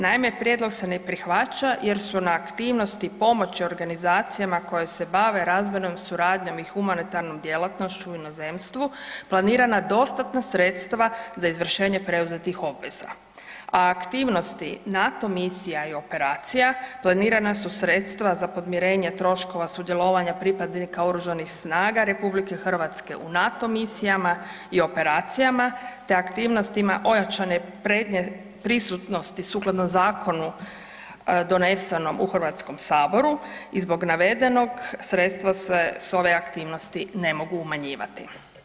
Naime, prijedlog se ne prihvaća jer su na aktivnosti pomoći organizacijama koje se bave razvojnom suradnjom i humanitarnom djelatnošću u inozemstvu planirana dostatna sredstva za izvršenje preuzetih obveza, a aktivnosti NATO misija i operacija planirana su sredstva za podmirenje troškova sudjelovanja pripadnika Oružanih snaga RH u NATO misijama i operacijama te aktivnosti ojačane prednje prisutnosti sukladno zakonu donesenom u HS-u i zbog navedenog, sredstva se s ove aktivnosti ne mogu umanjivati.